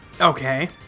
Okay